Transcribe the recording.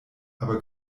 aber